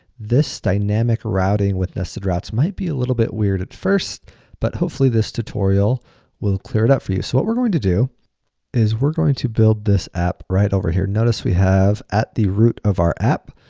this dynamic routing with nested routes might be a little bit weird at first but hopefully, this tutorial will clear it up for you. so, what we're going to do is we're going to build this app right over here. notice we have at the root of our app,